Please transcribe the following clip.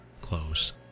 close